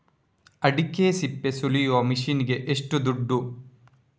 ಅಡಿಕೆ ಸಿಪ್ಪೆ ಸುಲಿಯುವ ಮಷೀನ್ ಗೆ ಏಷ್ಟು ದುಡ್ಡು?